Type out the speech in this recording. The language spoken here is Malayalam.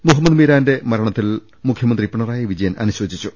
മുഹമ്മദ് മീരാന്റെ മര ണത്തിൽ മുഖ്യമന്ത്രി പിണറായി പ്രിജയൻ അനുശോചിച്ചു